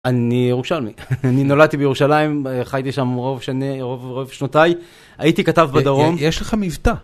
אני ירושלמי, אני נולדתי בירושלים, חייתי שם רוב שנותיי, הייתי כתב בדרום. יש לך מבטא.